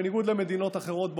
בניגוד למדינות אחרות בעולם,